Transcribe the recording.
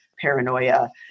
paranoia